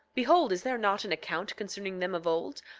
behold, is there not an account concerning them of old,